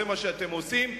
זה מה שאתם עושים.